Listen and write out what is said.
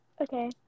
Okay